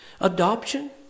Adoption